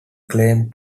claims